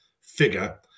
figure